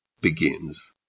begins